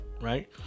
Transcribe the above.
right